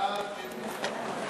חוק הנכים (תגמולים ושיקום)